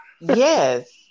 Yes